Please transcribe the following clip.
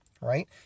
right